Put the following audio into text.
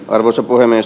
arvoisa puhemies